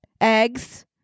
Eggs